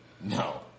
No